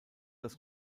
das